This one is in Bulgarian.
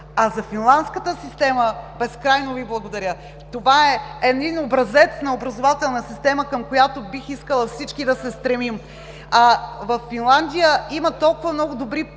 А за финландската система – безкрайно Ви благодаря. Това е образец на образователна система, към която бих искала всички да се стремим. Във Финландия има толкова много добри